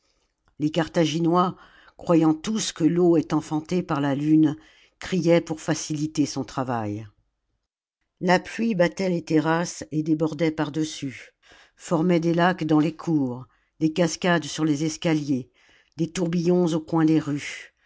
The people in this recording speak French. les carthaginois croyant tous que l'eau est enfantée par la lune criaient pour faciliter son travail la pluie battait les terrasses et débordait pardessus formait des lacs dans les cours des cascades sur les escaliers des tourbillons au coin des rues